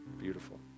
Beautiful